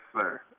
sir